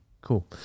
cool